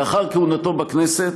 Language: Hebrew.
לאחר כהונתו בכנסת